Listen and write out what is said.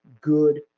good